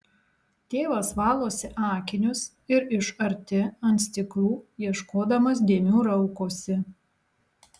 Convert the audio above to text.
tėvas valosi akinius ir iš arti ant stiklų ieškodamas dėmių raukosi